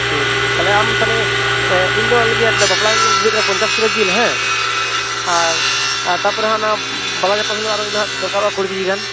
ᱴᱷᱤᱠ ᱴᱷᱤᱠ ᱛᱟᱦᱚᱞᱮ ᱟᱢ ᱛᱟᱦᱚᱞᱮ ᱮᱱᱦᱤᱞᱳᱜ ᱞᱟᱹᱜᱤᱫ ᱛᱟᱦᱚᱞᱮ ᱵᱟᱯᱞᱟ ᱦᱤᱞᱳᱜ ᱮᱢ ᱨᱤᱰᱤ ᱠᱟᱜ ᱠᱟᱱᱟ ᱯᱚᱸᱧᱪᱟᱥ ᱠᱤᱞᱳ ᱡᱤᱞ ᱦᱮᱸ ᱟᱨ ᱟᱨ ᱛᱟᱨᱯᱚᱨᱮ ᱦᱟᱸᱜ ᱚᱱᱟ ᱵᱟᱞᱟ ᱧᱟᱯᱟᱢ ᱦᱤᱞᱳᱜᱟ ᱟᱨ ᱮᱱᱦᱤᱞᱳᱜ ᱫᱚᱨᱠᱟᱨᱚᱜᱼᱟ ᱠᱩᱲᱤ ᱠᱤᱡᱤ ᱜᱟᱱ